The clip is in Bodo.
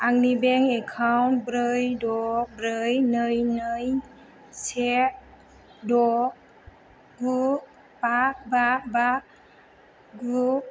आंनि बेंक एकाउन्ट ब्रै द' ब्रै नै नै से द' गु बा बा बा गु